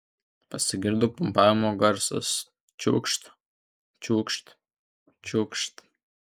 pasigirdo pumpavimo garsas čiūkšt čiūkšt čiūkšt